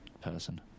person